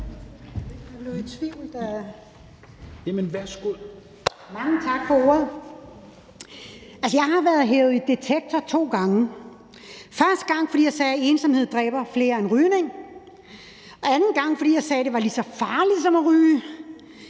(Ordfører) Liselott Blixt (DF): Mange tak for ordet. Jeg har været hevet i Detektor to gange – første gang, fordi jeg sagde, at ensomhed dræber flere, end rygning gør, og anden gang, fordi jeg sagde, at det var lige så farligt som at ryge.